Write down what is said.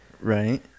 Right